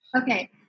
Okay